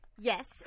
Yes